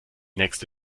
nächste